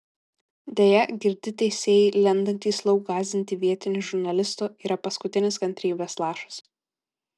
deja girti teisėjai lendantys lauk gąsdinti vietinių žurnalistų yra paskutinis kantrybės lašas